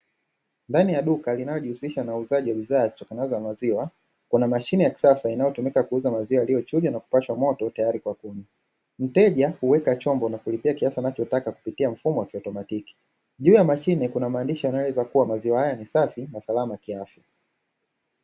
Ndani ya duka linalojihusisha na uuzaji wa bidhaa zitokanazo na maziwa, kuna mashine ya kisasa inayotumika kuuza maziwa yaliyochujwa na kupashwa moto tayari kwa kunywa, mteja huweka chombo na kulipia kiasi anachotaka kupitia mfumo wa kiautomatiki, juu ya mashine kuna maandishi yanayoeleza kuwa maziwa haya ni safi na salama kiafya.